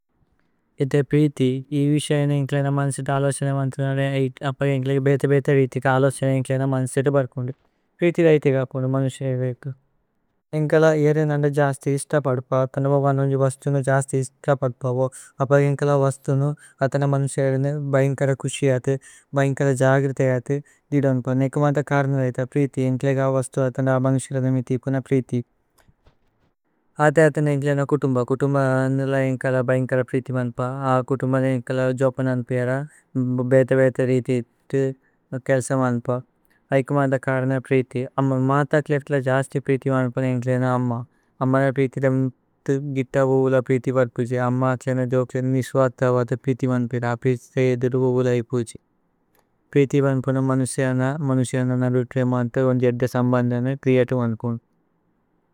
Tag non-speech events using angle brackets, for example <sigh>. ഇഥേ പ്രീഥി ഇ വിശയ്നേ ഇന്ക്ലേന മന്സേതേ അലഛനേ। വന്തുനനേ അപ്പ ഇന്ക്ലേഗ ബേതേ ബേതേ രീഥിതേ അലഛനേ। ഇന്ക്ലേന മന്സേതേ ബര്പുന്ദി പ്രീഥി രൈഥേഗ അപ്പുനു। മനുസേവേകേ ഇന്ക്ലേല യേരേ നന്ദ ജസ്ഥി ഇശ്ത പദ്പ। അത്ഥന ബോവന് രന്ജു വസ്ഥുനു ജസ്ഥി ഇശ്ത പദ്പവോ। അപ്പ ഇന്ക്ലേല വസ്ഥുനു അത്ഥന മനുസേവേലേനേ ബൈന്കല। കുശിയഥ് ബൈന്കല ജഗ്രുഥേയഥു ദിദോന്പ നേകുമന്ദ। കര്ന രൈഥ പ്രീഥി ഇന്ക്ലേഗ വസ്ഥു അത്ഥന। മനുസേവേലേനേ മിതിപുന പ്രീഥി ആഥേ അഥനേ ഇന്ക്ലേന। കുതുമ്ബ കുതുമ്ബ ഇന്ക്ലേല ബൈന്കല പ്രീഥി വന്ത്പ। ആഥേ കുതുമ്ബ ഇന്ക്ലേല ജവ്പനന് പേര ബേതേ ബേതേ। രീഥിതേ കേല്സ വന്ത്പ ഐകുമന്ദ കര്ന പ്രീഥി। അമ്മ മാഥകില ഇന്ക്ലേല ജസ്ഥി പ്രീഥി വന്ത്പ। ഇന്ക്ലേന അമ്മ അമ്മന പ്രീഥി <hesitation> ദമുഥു। ഗിതവുവുല പ്രീഥി ബര്പുജി അമ്മ ഇന്ക്ലേന ജവ്കില। നിവിശ്വഥവഥ പ്രീഥി വന്ത്പേര ആപ്രീഥി। തയ്യദിരുവുവുല ഇപുജി പ്രീഥി വന്ത്പുന। മനുസേയന മനുസേയന നദുത്വേ മാഥഗോന। ജേദ്ദ സമ്ബന്ദന ത്രിയത വന്ത്പുന।